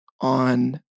on